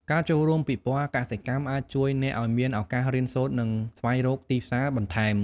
ការចូលរួមពិព័រណ៍កសិកម្មអាចជួយអ្នកឲ្យមានឱកាសរៀនសូត្រនិងស្វែងរកទីផ្សារបន្ថែម។